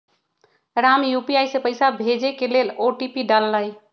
Ram UPI से पइसा भेजे के लेल ओ.टी.पी डाललई